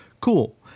Cool